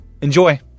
Enjoy